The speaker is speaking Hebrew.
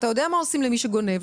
אתה יודע מה עושים למי שגונב.